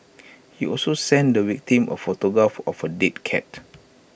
he also sent the victim A photograph of A dead cat